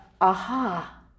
aha